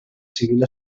civil